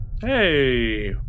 Hey